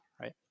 Right